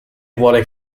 vuole